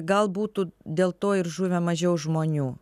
gal būtų dėl to ir žuvę mažiau žmonių